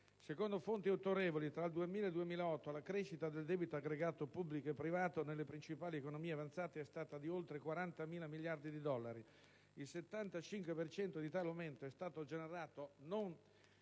Secondo fonti autorevoli, tra il 2000 e il 2008 la crescita del debito aggregato pubblico e privato nelle principali economie avanzate è stata di oltre 40.000 miliardi di dollari; il 75 per cento di tale aumento è stato generato non